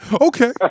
Okay